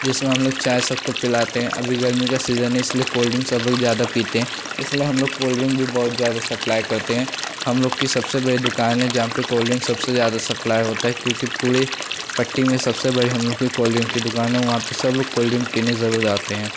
जिसमें हम लोग चाय सबको पिलाते हैं अभी गर्मी का सीज़न है इसलिए कोल ड्रिंक सब लोग ज़्यादा पीते हैं इसलिए हम लोग कोंल डिंक भी बहुत ज़्यादा सप्लाई करते हैं हम लोग की सबसे बड़ी दुकान है जहाँ पर कोल डिंक सबसे ज़्यादा सप्लाई होता है क्योंकि पूरे पट्टी में सबसे बड़ी हम लोग की कोल डिंक की दुकान है वहाँ पर सब लोग कोल डिंक पीने ज़रूर आते हैं